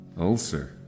Ulcer